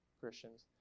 Christians